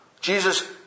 Jesus